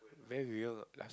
very real lah